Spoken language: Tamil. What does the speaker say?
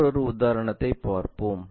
மற்றொரு உதாரணத்தைப் பார்ப்போம்